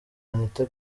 anita